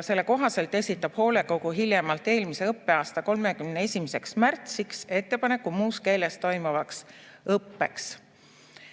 Selle kohaselt esitab hoolekogu hiljemalt eelmise õppeaasta 31. märtsiks ettepaneku muus keeles toimuvaks õppeks.